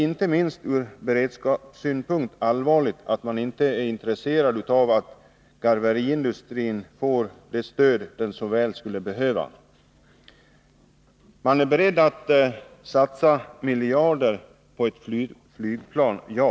Inte minst ur beredskapssynpunkt är - det allvarligt att man inte är intresserad av att garveriindustrin får det stöd som den så väl behöver. Man är beredd att satsa miljarder på ett flygplan, JAS.